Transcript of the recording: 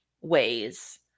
ways